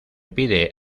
pide